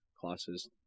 classes